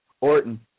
Orton